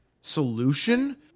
solution